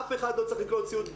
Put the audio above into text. אף אחד לא צריך לקנות ציוד.